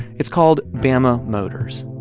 it's called bama motors